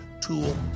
tool